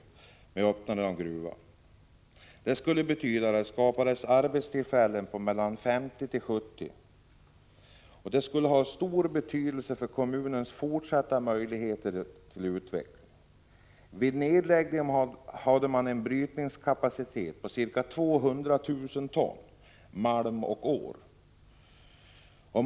Om gruvan öppnades, skulle bygden få ett tillskott på mellan 50 och 70 arbetstillfällen, och det skulle ha stor betydelse för kommunens möjligheter till fortsatt utveckling. Vid nedläggningen hade man en brytningskapacitet på ca 200 000 ton malm per år.